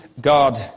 God